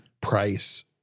price